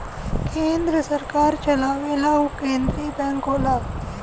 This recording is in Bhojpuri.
केन्द्र सरकार चलावेला उ केन्द्रिय बैंक होला